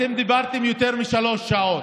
אתם דיברתם יותר משלוש שעות.